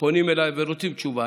פונים אליי ורוצים תשובה.